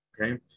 okay